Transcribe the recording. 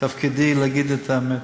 תפקידי להגיד את האמת.